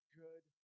good